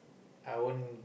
I won't